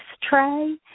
tray